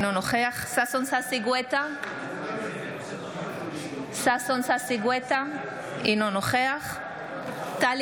אינו נוכח ששון ששי גואטה, אינו נוכח טלי